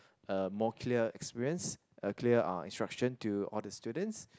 a more clear experience a clear uh instructions to all the students